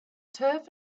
turf